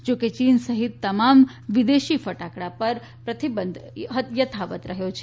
જો કે ચીન સહિત તમામ વિદેશી ફટાકડા પર પ્રતિબંધ યથાવત રખાયો છે